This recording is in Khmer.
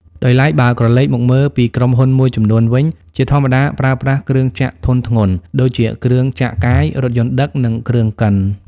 ដោយឡែក បើក្រឡេកមកមើលពីក្រុមហ៊ុនមួយចំនួនវិញ ជាធម្មតាប្រើប្រាស់គ្រឿងចក្រធុនធ្ងន់ ដូចជា គ្រឿងចក្រកាយ រថយន្តដឹក និងគ្រឿងកិន។